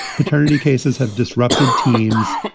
paternity cases have disrupted teams.